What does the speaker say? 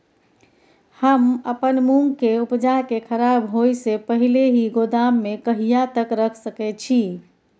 हम अपन मूंग के उपजा के खराब होय से पहिले ही गोदाम में कहिया तक रख सके छी?